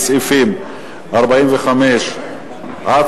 מסעיפים 45 עד